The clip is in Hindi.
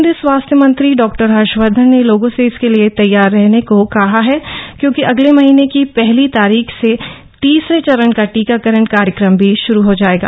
केंद्रीय स्वास्थ्य मंत्री डॉक्टर हर्षवर्धन ने लोगों से इसके लिए तैयार रहने को कहा है क्योंकि अगले महीने की पहली तारीख से तीसरे चरण का टीकाकरण कार्यक्रम भी शुरू हो जायेगा